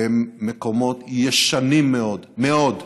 הם מקומות ישנים מאוד, מאוד.